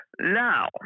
Now